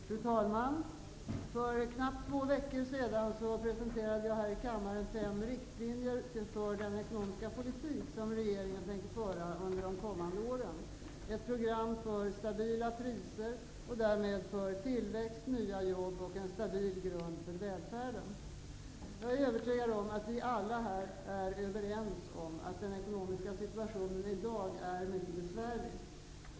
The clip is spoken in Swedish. Fru talman! För knappt två veckor sedan presenterade jag i denna kammare fem riktlinjer för den ekonomiska politik som regeringen tänker föra under de kommande åren, ett program för stabila priser och därmed för tillväxt, nya jobb och en stabil grund för välfärden. Jag är övertygad om att vi alla här är överens om att den ekonomiska situationen i dag är mycket besvärlig.